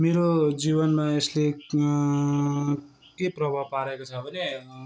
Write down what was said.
मेरो जीवनमा यसले के प्रभाव परेको छ भने